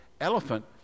elephant